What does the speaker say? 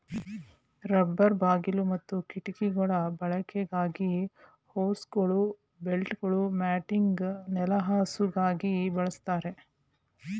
rubber ಬಾಗಿಲು ಮತ್ತು ಕಿಟಕಿಗಳ ಬಳಕೆಗಾಗಿ ಹೋಸ್ಗಳು ಬೆಲ್ಟ್ಗಳು ಮ್ಯಾಟಿಂಗ್ ನೆಲಹಾಸುಗಾಗಿ ಬಳಸ್ತಾರೆ